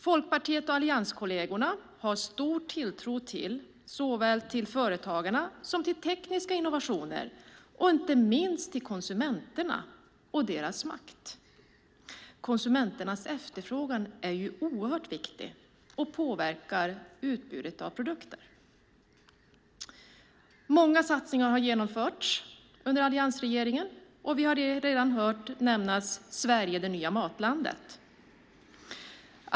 Folkpartiet och allianskollegerna har stor tilltro till såväl företagarna som tekniska innovationer och inte minst till konsumenterna och deras makt. Konsumenternas efterfrågan är ju oerhört viktig och påverkar utbudet av produkter. Många satsningar har genomförts under alliansregeringen, och vi har redan hört nämnas Sverige - det nya matlandet.